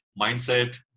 mindset